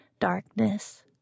darkness